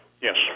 Yes